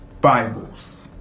Bibles